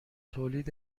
تولید